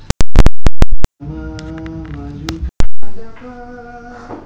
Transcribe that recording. sama sama maju ke hadapan